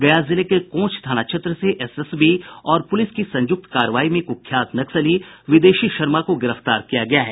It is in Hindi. गया जिले के कोंच थाना क्षेत्र से एसएसबी और पुलिस की संयुक्त कार्रवाई में कुख्यात नक्सली विदेशी शर्मा को गिफ्तार किया गया है